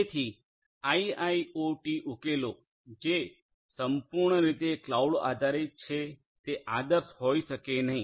તેથી આઇઆઇઓટી ઉકેલો જે સંપૂર્ણ રીતે ક્લાઉડ આધારિત છે તે આદર્શ હોઈ શકે નહિ